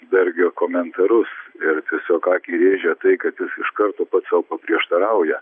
dargio komentarus ir tiesiog akį rėžia tai kad aš iš karto pats sau paprieštarauja